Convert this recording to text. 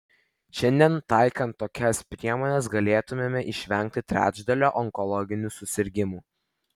šiandien taikant tokias priemones galėtumėme išvengti trečdalio onkologinių susirgimų